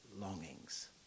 longings